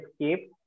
escape